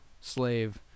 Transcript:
slave